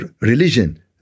religion